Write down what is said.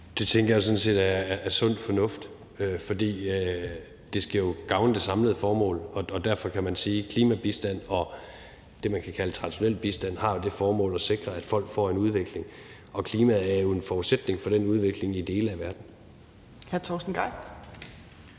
Det tænker jeg sådan set er sund fornuft, for de skal jo gavne det samlede formål. Derfor kan man sige, at klimabistand og det, man kan kalde traditionel bistand, jo har det formål at sikre, at folk får en udvikling. Og klima er jo en forudsætning for den udvikling i dele af verden.